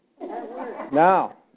Now